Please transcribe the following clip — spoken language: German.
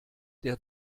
der